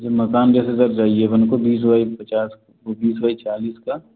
जी मकान जैसे सर चाहिए अपन को बीस बाई पचास कोई बीस बाई चालीस का